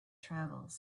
travels